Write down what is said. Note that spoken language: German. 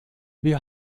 wir